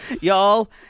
Y'all